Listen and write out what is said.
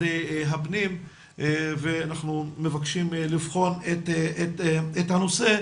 הפנים ואנחנו מבקשים לבחון את הנושא.